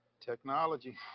Technology